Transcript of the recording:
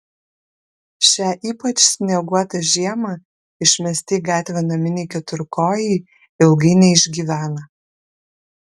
šią ypač snieguotą žiemą išmesti į gatvę naminiai keturkojai ilgai neišgyvena